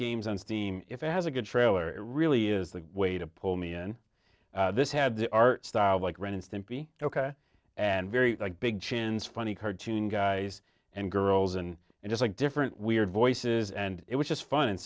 games on steam if it has a good trailer it really is the way to pull me in this had the art style like ren and stimpy ok and very big chance funny cartoon guys and girls and just like different weird voices and it was just fun and